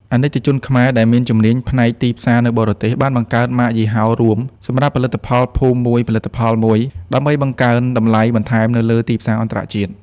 អាណិកជនខ្មែរដែលមានជំនាញផ្នែកទីផ្សារនៅបរទេស បានបង្កើត "ម៉ាកយីហោរួម" សម្រាប់ផលិតផលភូមិមួយផលិតផលមួយ ដើម្បីបង្កើនតម្លៃបន្ថែមនៅលើទីផ្សារអន្តរជាតិ។